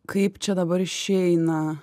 kaip čia dabar išeina